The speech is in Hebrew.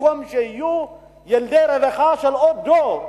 במקום שיהיו ילדי רווחה של עוד דור,